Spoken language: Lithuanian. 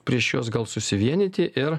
prieš juos gal susivienyti ir